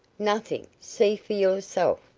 nothing! see for yourself.